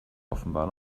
offenbar